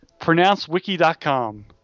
Pronouncewiki.com